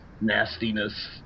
nastiness